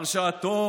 הרשעתו